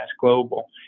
global